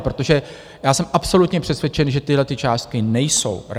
Protože já jsem absolutně přesvědčen, že tyto částky nejsou reálné.